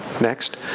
next